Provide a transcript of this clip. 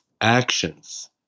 actions